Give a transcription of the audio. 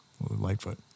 Lightfoot